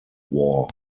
war